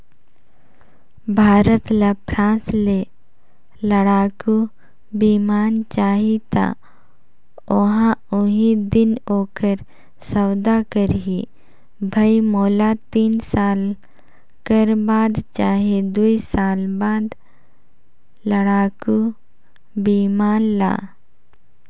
भारत ल फ्रांस ले लड़ाकु बिमान चाहीं त ओहा उहीं दिन ओखर सौदा करहीं भई मोला तीन साल कर बाद चहे दुई साल बाद लड़ाकू बिमान ल